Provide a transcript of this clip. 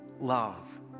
love